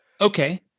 okay